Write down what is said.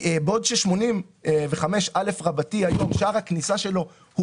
שבעוד ש-85א רבתי היום שער הכניסה שלו הוא